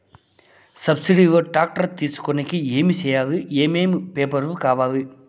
Subsidy లో tractor తీసుకొనేకి ఏమి చేయాలి? ఏమేమి పేపర్లు కావాలి?